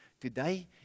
Today